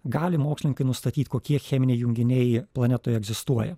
gali mokslininkai nustatyt kokie cheminiai junginiai planetoj egzistuoja